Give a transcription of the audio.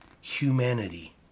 humanity